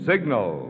Signal